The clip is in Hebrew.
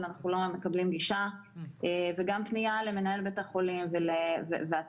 אנחנו לא מקבלים גישה וגם פנייה למנהל בית החולים והתראה,